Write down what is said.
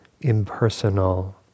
impersonal